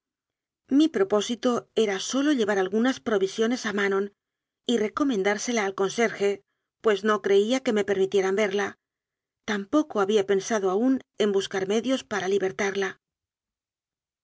mi propósito era sólo llevar al gunas provisiones a manon y recomendársela al conserje pues no creía que me permitieran verla tampoco había pensado aún en buscar medios para libertarla